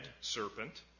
serpent